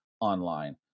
Online